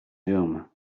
zoom